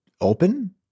open